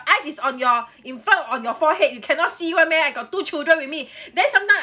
eyes is on your in front on your forehead you cannot see one meh I got two children with me then sometimes I